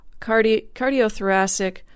cardiothoracic